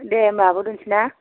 दे होमबा आब' दोनसै ना